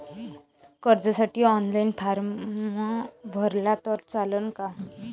कर्जसाठी online form भरला तर चालन का?